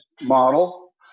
model